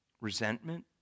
resentment